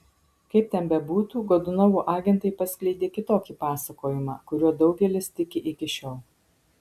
kaip ten bebūtų godunovo agentai paskleidė kitokį pasakojimą kuriuo daugelis tiki iki šiol